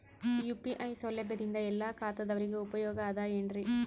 UPI ಸೌಲಭ್ಯದಿಂದ ಎಲ್ಲಾ ಖಾತಾದಾವರಿಗ ಉಪಯೋಗ ಅದ ಏನ್ರಿ?